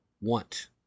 want